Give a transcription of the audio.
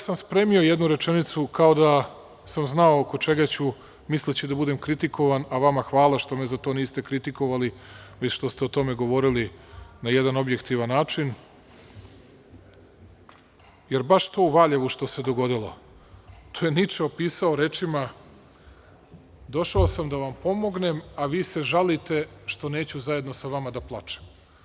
Spremio sam jednu rečenicu, kao da sam znao oko čega ću, misleći da budem kritikovan, a vama hvala što me za to niste kritikovali već što ste o tome govorili na jedan objektivan način, jer baš to u Valjevu što se dogodilo, to je Niče opisao rečima – došao sam da vam pomognem, a vi se žalite što neću zajedno sa vama da plačem.